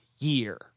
year